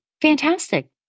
fantastic